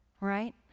right